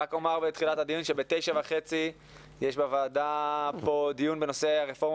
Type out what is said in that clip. רק אומר בתחילת הדיון שבשעה 9:30 מתקיים בוועדה דיון נושא הרפורמה